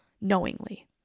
knowingly